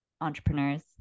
entrepreneurs